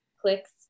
clicks